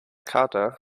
kater